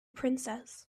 princess